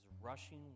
rushing